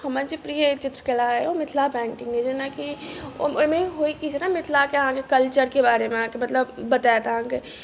हमर जे प्रिय चित्रकला अछि ओ मिथिला पेन्टिँग अछि जेनाकी ओहिमे होइ की छै ने की मिथिला के अहाँके कल्चर के बारे मे अहाँके मतलब बतायत अहाँके